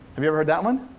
have you ever heard that one?